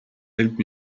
help